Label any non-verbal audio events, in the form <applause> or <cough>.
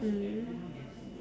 mm <breath>